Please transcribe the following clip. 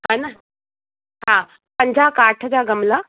हा न हा पंजाहु काठ जा गमला